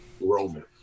Roman